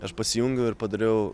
aš pasijungiu ir padariau